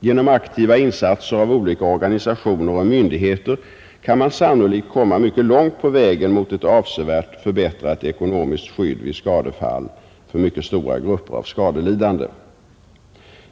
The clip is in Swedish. Genom aktiva insatser av olika organisationer och myndigheter kan man sannolikt komma mycket långt på vägen mot ett avsevärt förbättrat ekonomiskt skydd vid skadefall för mycket stora grupper av skadelidande.